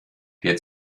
der